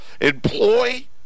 employ